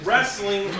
Wrestling